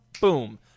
boom